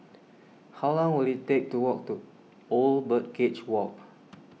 how long will it take to walk to Old Birdcage Walk